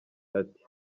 ati